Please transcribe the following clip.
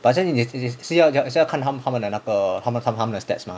but then 你也是也是也是要看他们他们的那个他们的 stats mah